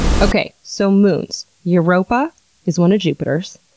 okay, so moons. europa is one of jupiter's.